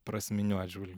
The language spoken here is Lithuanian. prasminiu atžvilgiu